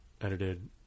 edited